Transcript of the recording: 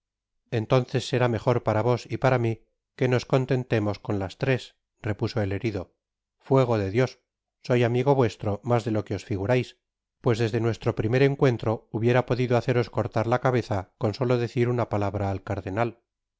entonces será mejor para vos y para mi que nos contentemos con las tres repuso el herido fuego de dios soy amigo vuestro mas de lo que os fi gurais pues desde nuestro primer encuentro hubiera podido haceros cortar la cabeza con solo decir una palabra al cardenal